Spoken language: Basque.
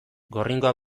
gorringoa